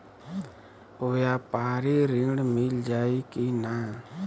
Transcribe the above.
व्यापारी ऋण मिल जाई कि ना?